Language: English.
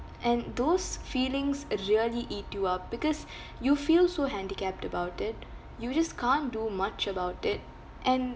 and those feelings really eat you up because you feel so handicapped about it you just can't do much about it and